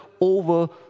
over